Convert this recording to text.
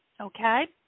Okay